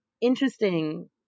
interesting